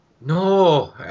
No